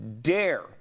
dare